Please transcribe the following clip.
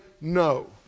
no